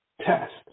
test